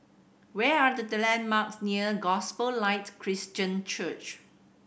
where are the the landmarks near Gospel Light Christian Church